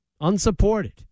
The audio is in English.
unsupported